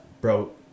bro